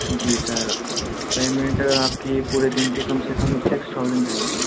جی sir payment آپ کی پورے دن کی کم سے کم سکس تھاؤزینڈ رہے گی